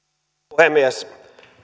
puhemies